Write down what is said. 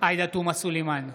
עאידה תומא סלימאן,